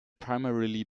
primarily